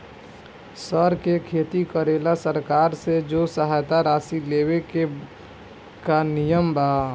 सर के खेती करेला सरकार से जो सहायता राशि लेवे के का नियम बा?